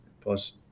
plus